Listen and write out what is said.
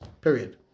Period